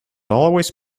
always